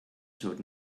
showed